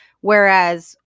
whereas